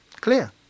Clear